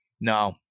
no